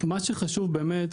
מה שחשוב באמת,